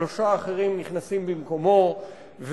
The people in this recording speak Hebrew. שלושה אחרים נכנסים במקומו,